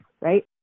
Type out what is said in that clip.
right